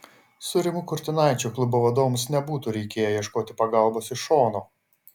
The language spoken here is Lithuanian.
su rimu kurtinaičiu klubo vadovams nebūtų reikėję ieškoti pagalbos iš šono